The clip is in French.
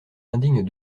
indigne